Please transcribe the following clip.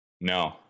No